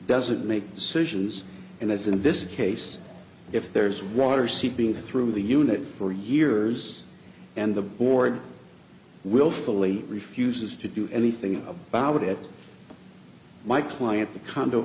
doesn't make decisions and as in this case if there is water seeping through the unit for years and the board willfully refuses to do anything about it my client the condo